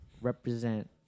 Represent